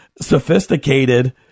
sophisticated